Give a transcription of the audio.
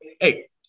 hey